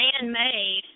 man-made